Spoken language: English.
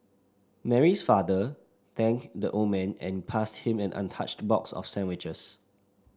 Mary's father thanked the old man and passed him an untouched box of sandwiches